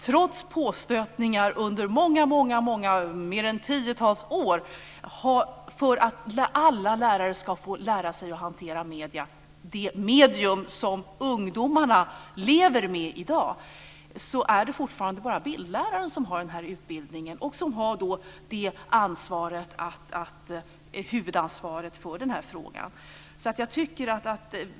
Trots påstötningar under många år, mer än tiotals, för att alla lärare ska få lära sig att hantera medierna, som ungdomarna lever med i dag, är det fortfarande bara bildläraren som har den här utbildningen och som har huvudansvaret för den här frågan.